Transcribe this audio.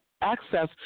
access